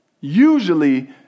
Usually